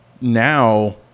Now